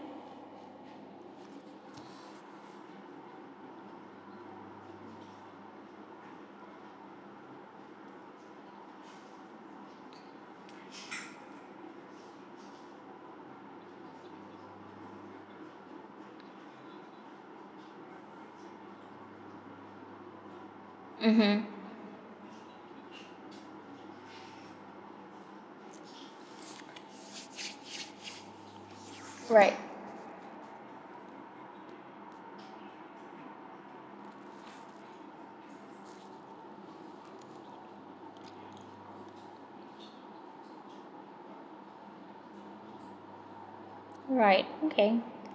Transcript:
mmhmm right right okay